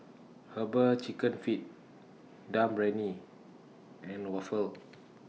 Herbal Chicken Feet Dum and Waffle